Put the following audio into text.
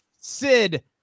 sid